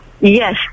Yes